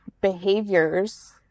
behaviors